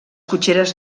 cotxeres